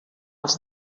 els